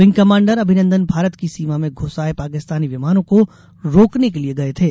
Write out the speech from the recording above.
wing commander Abhinandan Bharat की सीमा में घुस आये पाकिस्तानी विमानों को रोकने के लिये गये थे